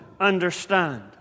understand